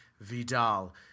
Vidal